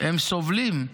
הם סובלים.